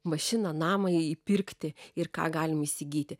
mašiną namą įpirkti ir ką galim įsigyti